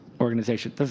Organization